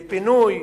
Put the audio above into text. בפינוי